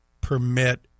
permit